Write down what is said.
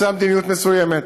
לבצע מדיניות מסוימת.